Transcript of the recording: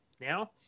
now